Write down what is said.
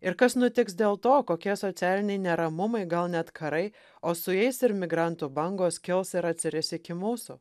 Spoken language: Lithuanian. ir kas nutiks dėl to kokie socialiniai neramumai gal net karai o su jais ir migrantų bangos kils ir atsiris iki mūsų